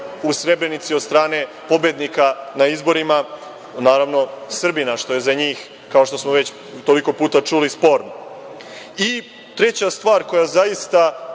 u Srebrenici od strane pobednika na izborima, naravno Srbina, što je za njih kao što smo već toliko puta čuli sporno?I, treća stvar koja zaista,